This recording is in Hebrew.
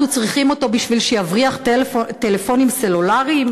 אנחנו צריכים אותו בשביל שיבריח טלפונים סלולריים?